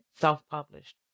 self-published